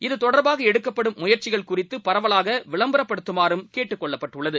இதுதொடர்பாகஎடுக்கப்படும்முயற்சிகள்குறித்துபரவலாகவிளம்பரப்படுத்துமாறும்கேட்டு க்கொள்ளப்பட்டுள்ளது